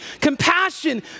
compassion